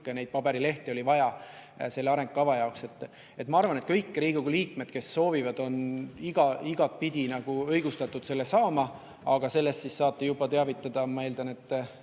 hulk neid paberilehti oli vaja selle arengukava jaoks. Ma arvan, et kõik Riigikogu liikmed, kes soovivad, on igatpidi õigustatud seda saama, aga sellest siis saate juba teavitada, ma eeldan, et